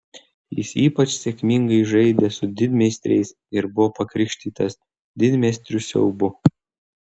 jis ypač sėkmingai žaidė su didmeistriais ir buvo pakrikštytas didmeistrių siaubu